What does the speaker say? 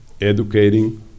Educating